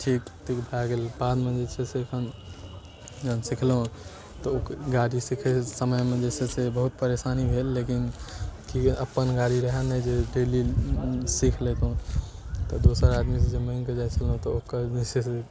ठीक तीक भऽ गेल बादमे जे छै से जहन सिखलहुँ तऽ ओहि गाड़ी सिखै समयमे जे छै से बहुत परेशानी भेल लेकिन कि अपन गाड़ी रहै नहि जे डेली सीखि लेतहुँ तऽ दोसर आदमीसँ जे माँगिकऽ जाइ छलहुँ तऽ ओकर जे छै से